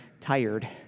tired